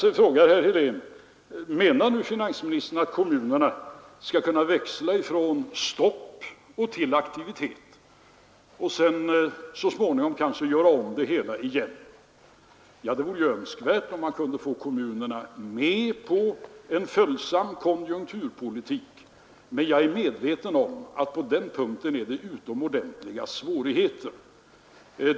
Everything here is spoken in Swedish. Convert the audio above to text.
Sedan frågade herr Helén om jag menade att kommunerna skall kunna växla från stopp till aktivitet gång efter annan. Ja, det vore ju önskvärt att få kommunerna med på en följsam konjunkturpolitik, men jag är medveten om att det föreligger utomordentliga svårigheter.